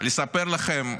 לספר לכם,